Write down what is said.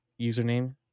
username